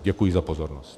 Děkuji za pozornost.